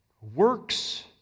Works